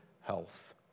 health